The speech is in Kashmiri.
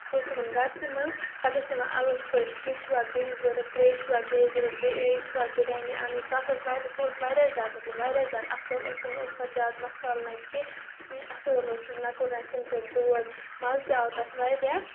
سُہ اوس یِمَن گَرسٕے منٛز پَتہٕ ٲسۍ یِوان اَلگ پٲٹھۍ کیٚنٛہہ چھُوا بیٚیہِ ضوٚرَتھ ترٛیش چھُوا بیٚیہِ ضوٚرَتھ بیٚیہِ چھُوا بِریانی اَنٕنۍ تَتھ اوس واریاہ سُہ اوس واریاہ زیادٕ مطلب واریاہ زیادٕ اَصٕل ٲس نہٕ اوس تَتھ زیادٕ مسالہٕ نَہ کیٚنٛہہ اَصۭل ٲسٕس نَہ کوٚرُن اَسہِ تَمہِ سۭتۍ دود مَزٕ تہِ آو تَتھ واریاہ